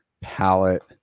palette